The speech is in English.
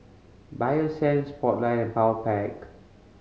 Bio Essence Spotlight and Powerpac